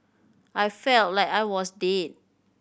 I felt like I was dead